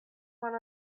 one